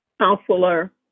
counselor